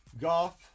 golf